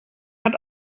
hat